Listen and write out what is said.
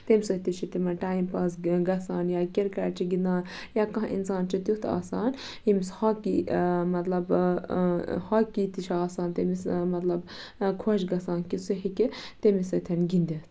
تمہِ سۭتۍ تہِ چھُ تِمَن ٹایِم پاس گَژھان یا کِرکَٹ چھِ گِندان یا کانٛہہ اِنسان چھُ تِیُتھ آسان ییٚمِس ہاکی مطلب ہاکی تہِ چھُ آسان تٔمِس مطلب خۄش گَژھان کہِ سُہ ہیکہِ تٔمِس سۭتۍ گِندِتھ